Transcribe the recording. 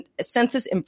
census